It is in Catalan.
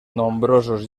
nombrosos